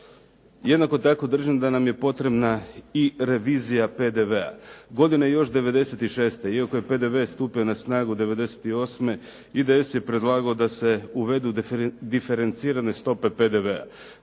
Jednako tako držim da nam je potrebna i revizija PDV-a. Godine još '96., iako je PDV stupio na snagu '98. IDS je predlagao da se uvedu diferencirane stope PDV-a.